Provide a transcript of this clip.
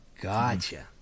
Gotcha